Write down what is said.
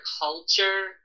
culture